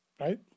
Right